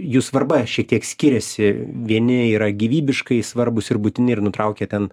jų svarba šitiek skiriasi vieni yra gyvybiškai svarbūs ir būtini ir nutraukia ten